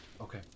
Okay